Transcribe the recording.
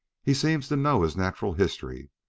he seems to know his natural history,